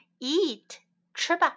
Eat,吃吧